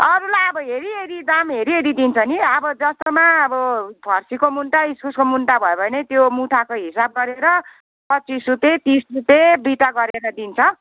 अरूलाई अब हेरिहेरि दाम हेरिहेरि दिन्छ नि अब जस्तोमा अब फर्सीको मुन्टा इस्कुसको मुन्टा भयो भने त्यो मुठाको हिसाब गरेर पच्चिस रुपियाँ तिस रुपियाँ बिटा गरेर दिन्छ